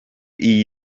iyi